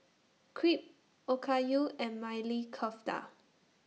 Crepe Okayu and Maili Kofta